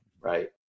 right